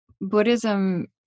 Buddhism